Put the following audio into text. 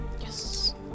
Yes